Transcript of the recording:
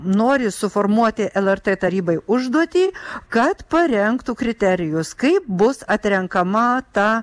nori suformuoti lrt tarybai užduotį kad parengtų kriterijus kaip bus atrenkama ta